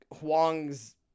Huang's